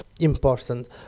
important